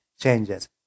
changes